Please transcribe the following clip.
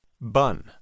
Bun